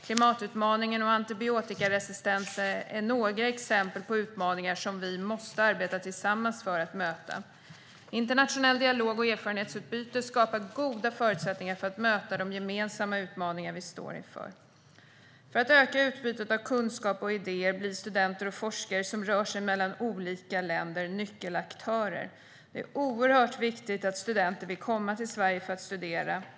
Klimatutmaningen och antibiotikaresistensen är några exempel på utmaningar som vi måste arbeta tillsammans för att möta. Interna-tionell dialog och erfarenhetsutbyte skapar goda förutsättningar för att möta de gemensamma utmaningar vi står inför. För att öka utbytet av kunskap och idéer blir studenter och forskare som rör sig mellan olika länder nyckelaktörer. Det är oerhört viktigt att studenter vill komma till Sverige för att studera.